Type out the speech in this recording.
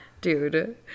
Dude